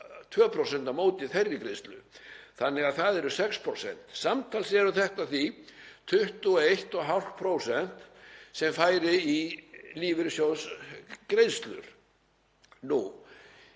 2% á móti þeirri greiðslu þannig að það eru 6%. Samtals væru þetta því 21,5% sem færu í lífeyrissjóðsgreiðslur.